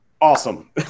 awesome